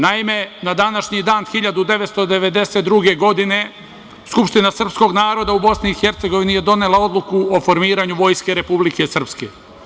Naime, na današnji dan 1992. godine Skupština srpskog naroda u Bosni i Hercegovini je donela odluku o formiranju Vojske Republike Srpske.